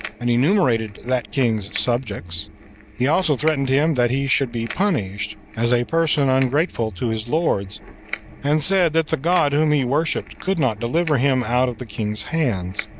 and enumerated that king's subjects he also threatened him that he should be punished, as a person ungrateful to his lords and said that the god whom he worshipped could not deliver him out of the king's hands.